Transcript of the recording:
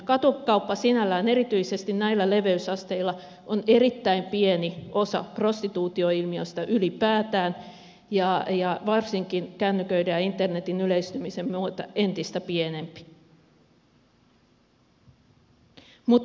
katukauppa sinällään erityisesti näillä leveysasteilla on erittäin pieni osa prostituutioilmiöstä ylipäätään ja varsinkin kännyköiden ja internetin yleistymisen myötä entistä pienempi